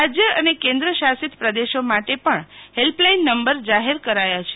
રાજ્ય અને કેન્દ્રશાસિત પ્રદેશો માટે હેલ્પલાઈન નંબર જાહેર કરાયા છે